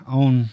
own